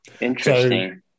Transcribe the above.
Interesting